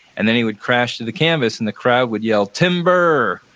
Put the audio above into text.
and then he would crash to the canvas and the crowd would yell, timber.